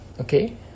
Okay